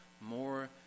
more